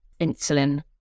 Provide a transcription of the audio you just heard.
insulin